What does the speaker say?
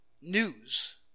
news